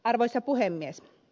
arvoisa puhemies